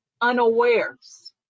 unawares